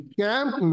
camp